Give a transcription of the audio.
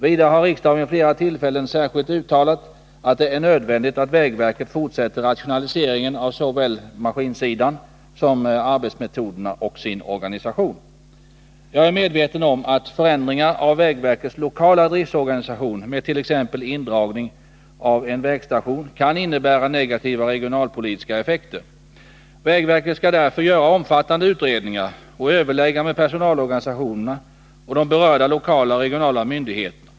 Vidare har riksdagen vid flera tillfällen särskilt uttalat att det är nödvändigt att vägverket fortsätter rationaliseringen av såväl maskinsidan som arbetsmetoderna och sin organisation. Jag är medveten om att förändringar av vägverkets lokala driftorganisation — med t.ex. indragning av en vägstation — kan innebära negativa regionalpolitiska effekter. Vägverket skall därför göra omfattande utredningar och överlägga med personalorganisationerna samt med berörda lokala och regionala myndigheter.